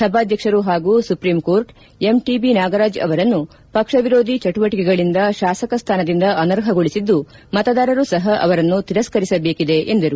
ಸಭಾಧ್ಯಕ್ಷರು ಹಾಗೂ supreme court MTB Nagaraj ಅವರನ್ನು ಪಕ್ಷ ವಿರೋಧಿ ಚಟುವಟಿಕೆಗಳಿಂದ ಶಾಸಕ ಸ್ಥಾನದಿಂದ ಅನರ್ಹ ಗೊಳಿಸಿದ್ದು ಮತದಾರರೂ ಸಹ ಅವರನ್ನು ತಿರಸ್ಕರಿಸಬೇಕಿದೆ ಎಂದರು